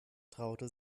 traute